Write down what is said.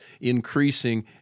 increasing